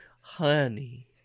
honey